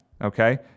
Okay